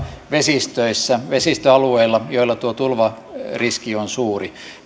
vesistöalueilla joilla tuo tulvariski on suuri